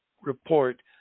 report